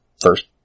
first